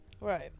right